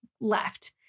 left